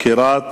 חקירת